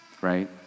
Right